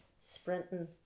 sprinting